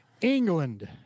England